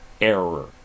error